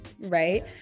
right